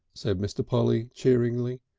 said mr. polly cheeringly.